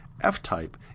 F-Type